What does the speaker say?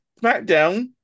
SmackDown